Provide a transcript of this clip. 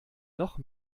noch